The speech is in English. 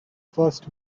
first